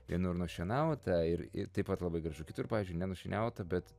vienur nušienauta ir ir taip pat labai gražu kitur pavyzdžiui nenušienauta bet